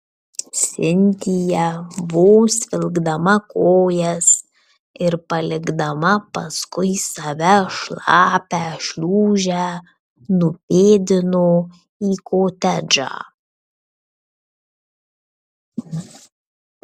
sintija vos vilkdama kojas ir palikdama paskui save šlapią šliūžę nupėdino į kotedžą